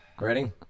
Ready